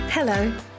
Hello